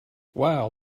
wow